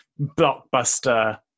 blockbuster